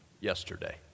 yesterday